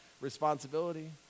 responsibility